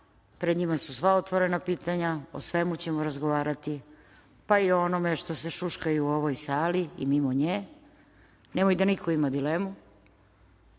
pred njima su sva otvorena pitanja, o svemu ćemo razgovarati, pa i o onome što se šuška u ovoj sali i mimo nje, nemoj da niko ima dilemu,